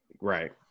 right